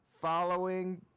following